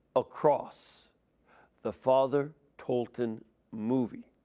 across the father tolton movie.